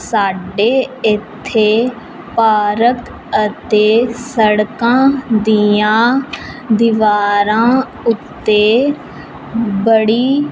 ਸਾਡੇ ਇੱਥੇ ਪਾਰਕ ਅਤੇ ਸੜਕਾਂ ਦੀਆਂ ਦੀਵਾਰਾਂ ਉੱਤੇ ਬੜੀਆਂ